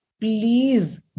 please